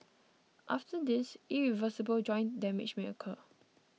after this irreversible joint damage may occur